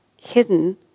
hidden